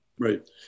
Right